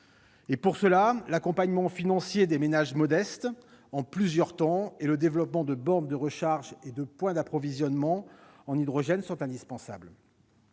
égard, l'accompagnement financier des ménages modestes, en plusieurs temps, et le développement de bornes de recharge et de points d'approvisionnement en hydrogène sont indispensables.